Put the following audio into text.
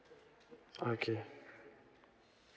okay